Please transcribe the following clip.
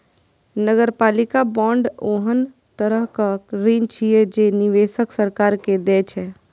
नगरपालिका बांड ओहन तरहक ऋण छियै, जे निवेशक सरकार के दै छै